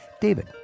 David